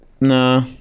nah